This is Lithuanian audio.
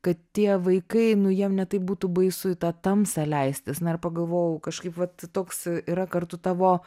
kad tie vaikai nu jiem ne taip būtų baisu į tą tamsą leistis na ir pagalvojau kažkaip vat toks yra kartu tavo